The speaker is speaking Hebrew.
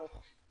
ברוך.